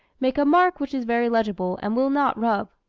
make a mark which is very legible and will not rub.